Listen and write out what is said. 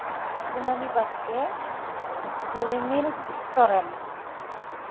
ᱠᱩᱱᱟᱹᱢᱤ ᱵᱟᱥᱠᱮ ᱨᱤᱢᱤᱞ ᱥᱚᱨᱮᱱ